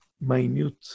minute